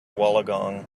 wollongong